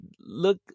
look